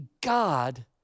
God